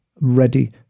ready